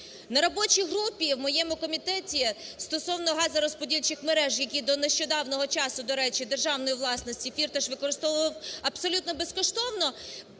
На робочій групі в моєму комітеті стосовно газорозподільчих мереж, які до нещодавнього часу, до речі, державної власності Фірташ використовував абсолютно безкоштовно,